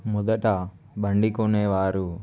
మొదట బండి కొనేవారు